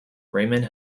raymond